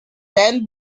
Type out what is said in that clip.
then